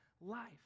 life